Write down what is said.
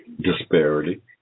disparity